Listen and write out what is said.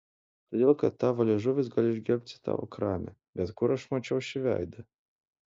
todėl kad tavo liežuvis gali išgelbėti tavo kramę bet kur aš mačiau šį veidą